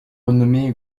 renommé